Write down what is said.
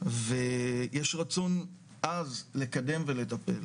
ויש רצון עז לקדם ולטפל,